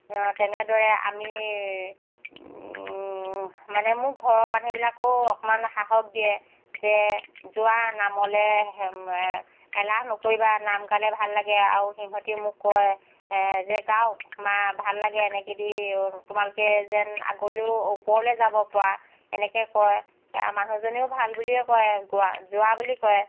তেনেদৰে আমি মানে মোৰ ঘৰৰ মানুহবিলাকেও অকণমান সাহস দিয়ে যে যোৱা নামলৈ এলাহ নকৰিবা নাম গালে ভাল লাগে আৰু সিহঁতিও মোক কয় যে গাওঁক মা ভাল লাগে এনেকেদি তোমালোকে যেন আগলৈও ওপৰলৈ যাব পৰা এনেকৈ কয় মানুহজনেও ভাল বুলিয়ে কয় গোৱা যোৱা বুলি কয়